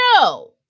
No